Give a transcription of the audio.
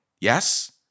Yes